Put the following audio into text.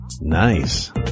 Nice